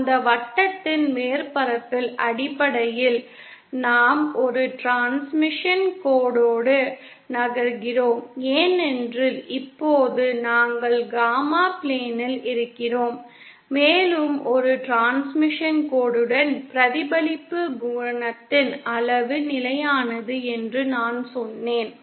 அந்த வட்டத்தின் மேற்பரப்பில் அடிப்படையில் நாம் ஒரு டிரான்ஸ்மிஷன் கோட்டோடு நகர்கிறோம் ஏனென்றால் இப்போது நாங்கள் காமா பிளேனில் இருக்கிறோம் மேலும் ஒரு டிரான்ஸ்மிஷன் கோடுடன் பிரதிபலிப்பு குணகத்தின் அளவு நிலையானது என்று நான் சொன்னேன்